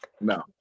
No